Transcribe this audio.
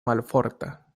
malforta